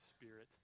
spirit